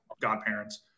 godparents